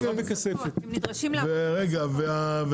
אתה צריך רישיון גם מכיבוי אש?